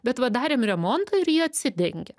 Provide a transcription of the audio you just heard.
bet va darėm remontą ir jie atsidengė